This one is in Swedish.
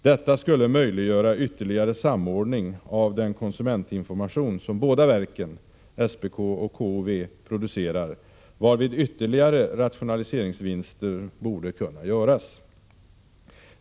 Detta skulle möjliggöra ytterligare samordning av den konsumentinformation som båda verken, SPK och KOV, producerar, varvid ytterligare rationaliseringsvinster borde kunna göras.